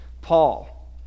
Paul